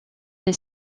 des